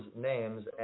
names